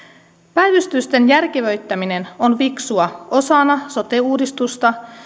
päivystysten järkevöittäminen on fiksua osana sote uudistusta